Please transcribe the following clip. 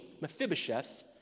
Mephibosheth